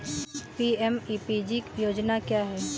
PMEPG योजना क्या है?